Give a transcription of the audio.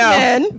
men